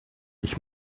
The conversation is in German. ich